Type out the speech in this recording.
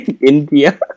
India